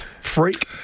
Freak